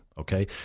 Okay